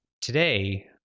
Today